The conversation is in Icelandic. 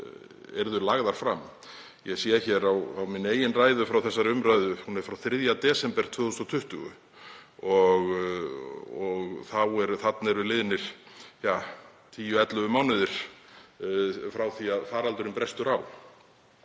yrðu lagðar fram. Ég sé hér á minni eigin ræðu frá þessari umræðu að hún er frá 3. desember 2020 og þá eru liðnir tíu, ellefu mánuðir frá því að faraldurinn brestur á.